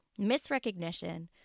misrecognition